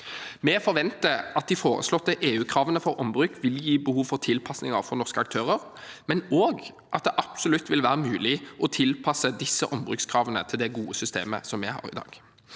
Vi forventer at de foreslåtte EU-kravene for ombruk vil gi behov for tilpasninger for norske aktører, men også at det absolutt vil være mulig å tilpasse disse ombrukskravene til det gode systemet vi har i dag.